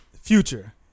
Future